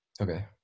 Okay